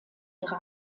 ihre